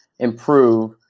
improve